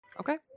Okay